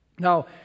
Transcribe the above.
Now